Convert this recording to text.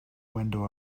window